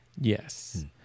Yes